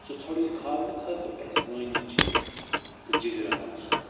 سُہ ژھوٚرٕے کھالنہٕ خٲطرٕ گژھِ وٲنِج تہٕ جِگرٕ آسُن